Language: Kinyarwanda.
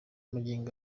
magingo